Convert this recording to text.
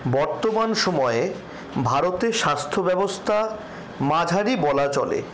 বর্তমান সময়ে ভারতে স্বাস্থ্য ব্যবস্থা মাঝারি বলা চলে